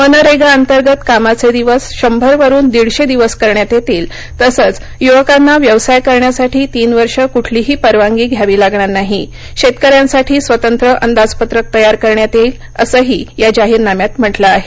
मनरेगा अंतर्गत कामाचे दिवस शंभर वरून दीडशे दिवस करण्यात येतील तसंच युवकांना व्यवसाय करण्यासाठी तीन वर्ष कुठलीही परवानगी घ्यावी लागणार नाही शेतकऱ्यांसाठी स्वतंत्र अंदाजपत्रक तयार करण्यात येईल असंही या जाहीरनाम्यात म्हटलं आहे